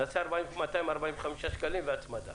נעשה 245 שקלים והצמדה.